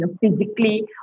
physically